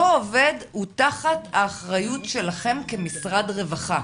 אותו עובד הוא תחת האחריות שלכם כמשרד רווחה.